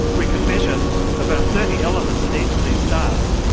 we can measure about thirty elements in each of these stars.